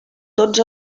tots